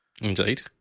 Indeed